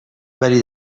ولی